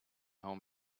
home